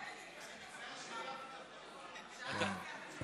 שעה לוקח עד שמורידים.